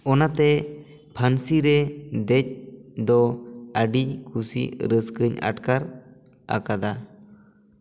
ᱚᱱᱟ ᱛᱮ ᱯᱷᱟᱹᱱᱥᱤ ᱨᱮ ᱫᱮᱡ ᱫᱚ ᱟᱹᱰᱤ ᱠᱩᱥᱤ ᱨᱟᱹᱥᱠᱟᱹᱧ ᱟᱴᱠᱟᱨ ᱟᱠᱟᱫᱟ